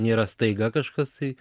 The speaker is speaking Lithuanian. nėra staiga kažkas tai